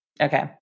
Okay